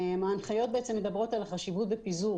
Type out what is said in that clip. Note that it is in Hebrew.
ההנחיות מדברות על החשיבות בפיזור,